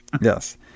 yes